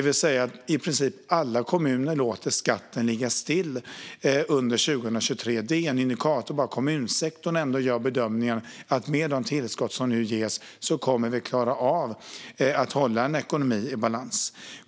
I princip alla kommuner låter alltså skatten ligga stilla under 2023, och det är en indikator på att kommunsektorn gör bedömningen att de med de tillskott som nu ges kommer att klara av att hålla en ekonomi i balans.